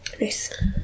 Nice